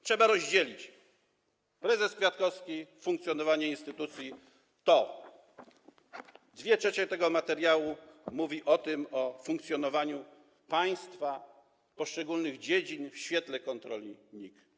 Trzeba rozdzielić: prezes Kwiatkowski, funkcjonowanie instytucji, to sprawozdanie - 2/3 tego materiału mówi o funkcjonowaniu państwa, poszczególnych dziedzin w świetle kontroli NIK.